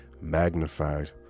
magnified